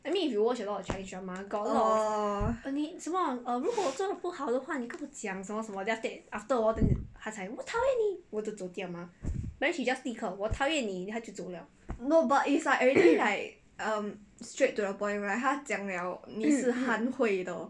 I mean if you watch a lot of chinese drama got a lot of 你什么 um 如果我做得不好的话你跟我讲什么什么 then after that after awhile then they 他才我讨厌你就走掉 mah but then she just 立刻我讨厌你就走 liao